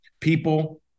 people